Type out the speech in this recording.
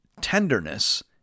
tenderness